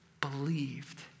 believed